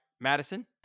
Madison